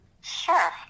Sure